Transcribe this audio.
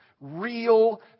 Real